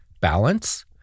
balance